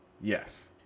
Yes